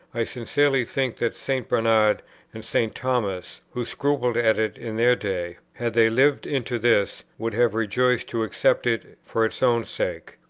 i sincerely think that st. bernard and st. thomas, who scrupled at it in their day, had they lived into this, would have rejoiced to accept it for its own sake.